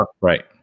Right